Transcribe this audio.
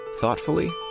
thoughtfully